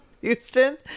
houston